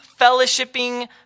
fellowshipping